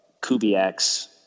Kubiak's